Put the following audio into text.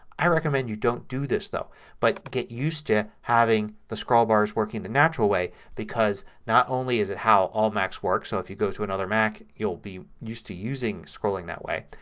i recommend you don't do this though but get used to having the scroll bars working the natural way because not only is it how all macs work, so if you go to another mac you'll be used to using scrolling that way.